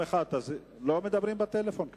לא מדברים בפלאפון כאן.